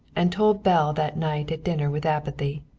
and told belle that night at dinner with apathy.